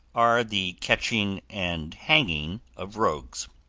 are the catching and hanging of rogues.